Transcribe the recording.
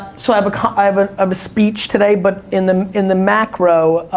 so i have a, i have and um a speech today, but in the in the macro,